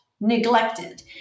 neglected